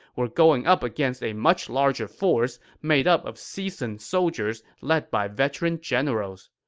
were going up against a much larger force, made up of seasoned soldiers led by veteran generals.